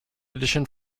edition